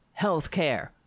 healthcare